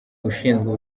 ushinzwe